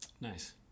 Nice